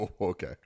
Okay